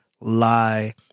lie